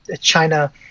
China